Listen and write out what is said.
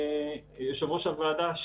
יושב-ראש הוועדה,